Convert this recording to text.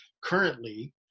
currently